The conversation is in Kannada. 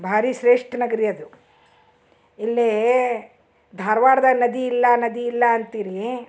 ಭಾರಿ ಶ್ರೇಷ್ಠ ನಗರಿ ಅದು ಇಲ್ಲಿ ಧಾರವಾಡ್ದಾಗ ನದಿ ಇಲ್ಲ ನದಿ ಇಲ್ಲ ಅಂತೀರಿ